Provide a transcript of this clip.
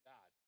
God